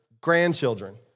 grandchildren